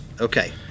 Okay